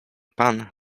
pan